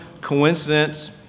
coincidence